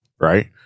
right